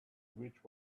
which